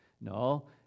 No